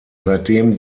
seitdem